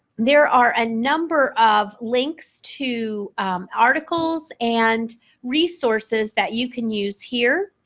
there are a number of links to articles and resources that you can use here.